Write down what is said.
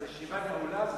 אז הישיבה נעולה?